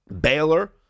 Baylor